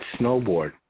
snowboard